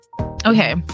Okay